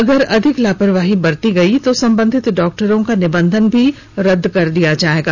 अगर अधिक लापरवाही बरती गयी तो सम्बंधित डॉक्टर का निबंधन भी रद्द कर दिया जायेगा